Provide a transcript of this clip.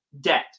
debt